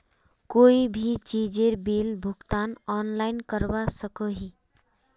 कोई भी चीजेर बिल भुगतान ऑनलाइन करवा सकोहो ही?